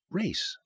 race